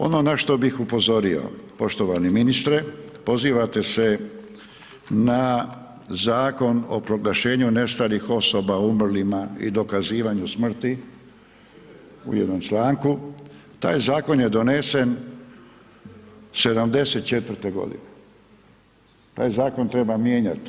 Ono na što bih upozorio, poštovani ministre, pozivate se na Zakon o proglašenju nestalih osoba, umrlima i dokazivanju smrti u jednom članku, taj zakon je donesen '74. taj zakon treba mijenjati.